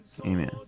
Amen